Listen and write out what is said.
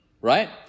Right